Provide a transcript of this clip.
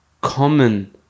common